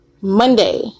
Monday